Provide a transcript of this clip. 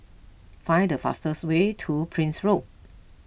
find the fastest way to Prince Road